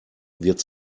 wird